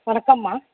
வணக்கம்மா